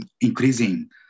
increasing